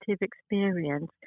experience